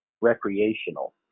recreational